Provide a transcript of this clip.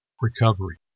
recovery